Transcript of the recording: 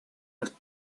los